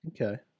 Okay